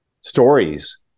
stories